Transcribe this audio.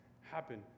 happen